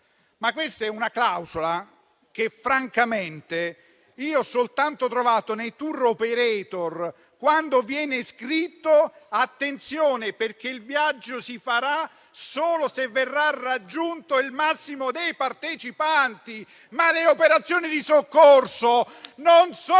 Questa è una clausola che francamente ho trovato soltanto nei *tour operator*, laddove è scritto: attenzione: il viaggio si farà solo se verrà raggiunto il massimo dei partecipanti. Le operazioni di soccorso non sono